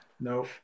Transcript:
No